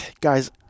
guys